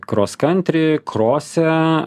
kroskantri krose